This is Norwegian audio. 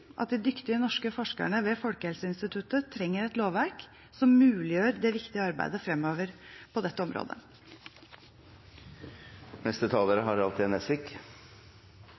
at de dyktige norske forskerne ved Folkehelseinstituttet trenger et lovverk som muliggjør det viktige arbeidet framover på dette området.